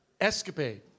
escapade